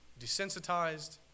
Desensitized